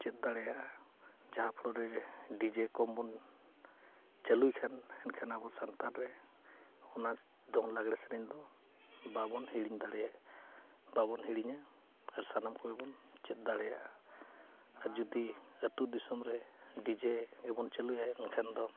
ᱪᱮᱫ ᱫᱟᱲᱮᱭᱟᱜᱼᱟ ᱡᱟᱦᱟᱸ ᱯᱚᱨᱮ ᱰᱤᱡᱮ ᱠᱚ ᱵᱚᱱ ᱪᱟᱹᱞᱩᱭ ᱠᱷᱟᱱ ᱮᱱᱠᱷᱟᱱ ᱟᱵᱚ ᱥᱟᱶᱛᱟ ᱨᱮ ᱚᱱᱟ ᱫᱚᱝ ᱞᱟᱜᱽᱲᱮ ᱥᱮᱨᱮᱧ ᱫᱚ ᱵᱟᱵᱚᱱ ᱦᱤᱲᱤᱧ ᱫᱟᱲᱮᱭᱟᱜ ᱵᱟᱵᱚᱱ ᱦᱤᱲᱤᱧᱟ ᱟᱨ ᱥᱟᱱᱟᱢ ᱠᱚᱜᱮ ᱵᱚᱱ ᱪᱮᱫ ᱫᱟᱲᱮᱭᱟᱜᱼᱟ ᱟᱨ ᱡᱩᱫᱤ ᱟᱛᱳ ᱫᱤᱥᱚᱢ ᱨᱮ ᱰᱤᱡᱮ ᱵᱚᱱ ᱪᱟᱹᱞᱩᱭᱟ ᱮᱱᱠᱷᱟᱱ ᱫᱚ